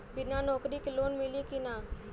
बिना नौकरी के लोन मिली कि ना?